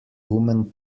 woman